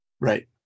Right